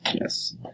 Yes